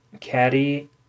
Caddy